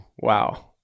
Wow